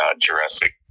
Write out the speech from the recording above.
Jurassic